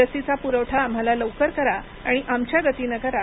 लसीचा पुरवठा आम्हाला लवकर करा आणि आमच्या गतीनं करा